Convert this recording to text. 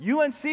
UNC